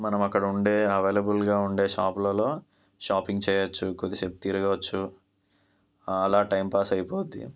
మనం అక్కడ ఉండే అవైలబుల్గా ఉండే షాపులలో షాపింగ్ చేయవచ్చు కొద్దిసేపు తీరవచ్చు అలా టైంపాస్ అయిపోద్ది